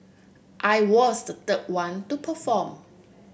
I was the third one to perform